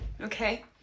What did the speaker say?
okay